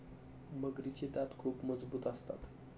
मगरीचे दात खूप मजबूत असतात